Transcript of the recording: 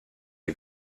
the